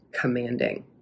commanding